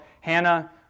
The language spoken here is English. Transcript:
Hannah